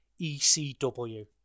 ECW